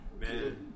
Man